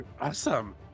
Awesome